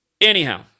Anyhow